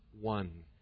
one